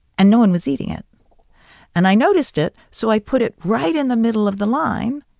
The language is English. and no one was eating it and i noticed it, so i put it right in the middle of the line,